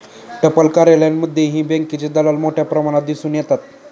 टपाल कार्यालयांमध्येही बँकेचे दलाल मोठ्या प्रमाणात दिसून येतात